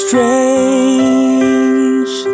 Strange